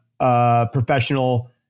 Professional